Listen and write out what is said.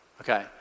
okay